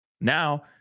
Now